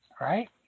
right